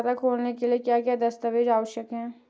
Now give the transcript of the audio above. खाता खोलने के लिए क्या क्या दस्तावेज़ आवश्यक हैं?